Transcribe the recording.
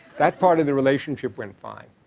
that part of the relationship went fine.